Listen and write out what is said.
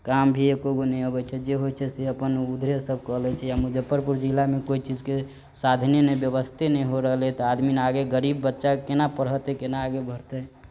काम भी एक्कोगो नै अबै छै जे होइ छै से अपन ऊधरे सब कऽ लै छै मुजफ्फरपुर जिला मे कोइ चीज के साधने नै व्यवस्थे नै हो रहलै त आदमी न आगे गरीब बच्चा के केना पढ़एतै केना आगे बढ़तै